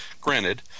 Granted